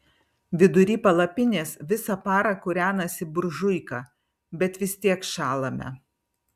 vidury palapinės visą parą kūrenasi buržuika bet vis tiek šąlame